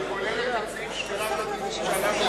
והיא כוללת את סעיף שמירת הדינים,